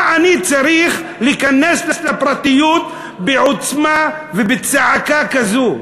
מה אני צריך להיכנס לפרטיות בעוצמה ובצעקה כזאת?